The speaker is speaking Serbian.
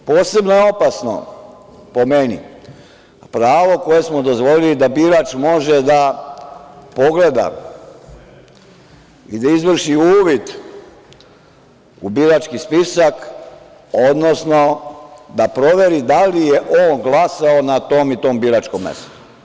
Posebno je opasno, po meni, pravo koje smo dozvolili, da birač može da pogleda i da izvrši uvid u birački spisak, odnosno da proveri da li je on glasao na tom i tom biračkom mestu.